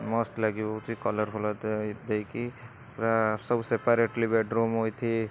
ମସ୍ତ ଲାଗିବ କଲର୍ ଫଲର୍ ଦେଇକି ପୁରା ସବୁ ସେପାରେଟଲି ବେଡ଼୍ରୁମ୍ ୱିଥ୍